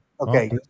Okay